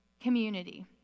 community